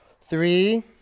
Three